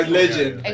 legend